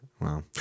Wow